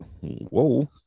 whoa